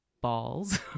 balls